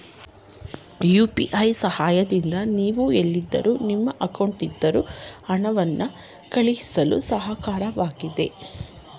UPI ಸಹಾಯದಿಂದ ನೀವೆಲ್ಲಾದರೂ ನೀವು ಅಕೌಂಟ್ಗಾದರೂ ಹಣವನ್ನು ಕಳುಹಿಸಳು ಸಹಾಯಕವಾಗಿದೆ